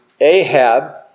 Ahab